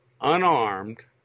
Unarmed